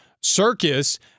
circus